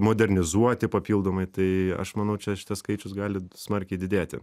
modernizuoti papildomai tai aš manau čia šitas skaičius gali smarkiai didėti